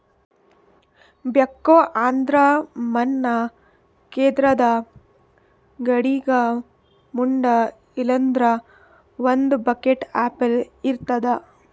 backhoe ಅಂದ್ರ ಮಣ್ಣ್ ಕೇದ್ರದ್ದ್ ಗಾಡಿಗ್ ಮುಂದ್ ಇಲ್ಲಂದ್ರ ಒಂದ್ ಬಕೆಟ್ ಅಪ್ಲೆ ಇರ್ತದ್